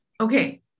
Okay